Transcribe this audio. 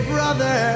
Brother